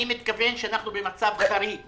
אני מתכוון שאנחנו במצב חריג, קורונה.